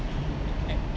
I